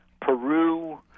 Peru